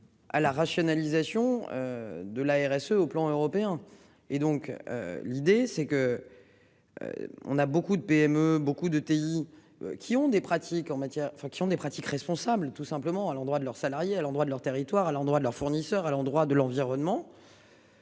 À la rationalisation. De la RSE au plan européen et donc l'idée c'est que. On a beaucoup de PME beaucoup de TI. Qui ont des pratiques en matière enfin qui ont des pratiques responsables tout simplement à l'endroit de leurs salariés à l'endroit de leur territoire à l'endroit de leurs fournisseurs à l'endroit de l'environnement.